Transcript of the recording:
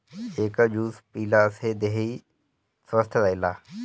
एकर juice पियला से देहि स्वस्थ्य रहेला